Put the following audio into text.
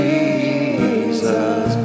Jesus